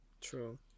True